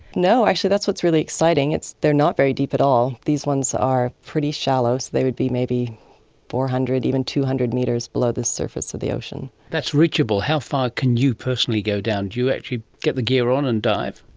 no, actually that's what is really exciting, they are not very deep at all. these ones are pretty shallow, so they would be maybe four hundred, even two hundred metres below the surface of the ocean. that's reachable. how far can you personally go down? do you actually get the gear on and dive?